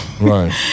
right